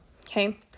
Okay